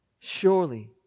Surely